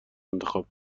انتخاب